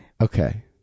Okay